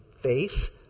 face